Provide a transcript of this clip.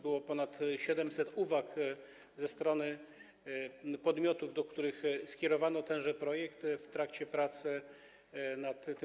Było ponad 700 uwag ze strony podmiotów, do których skierowano tenże projekt w trakcie prac nad nim.